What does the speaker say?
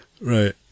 right